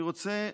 אני רוצה,